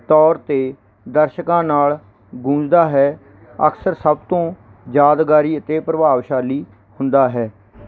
ਤੌਰ 'ਤੇ ਦਰਸ਼ਕਾਂ ਨਾਲ ਗੂੰਜਦਾ ਹੈ ਅਕਸਰ ਸਭ ਤੋਂ ਯਾਦਗਾਰੀ ਅਤੇ ਪ੍ਰਭਾਵਸ਼ਾਲੀ ਹੁੰਦਾ ਹੈ